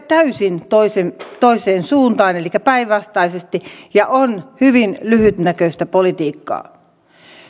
täysin toiseen suuntaan elikkä päinvastaisesti ja on hyvin lyhytnäköistä politiikkaa